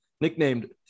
nicknamed